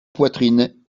poitrine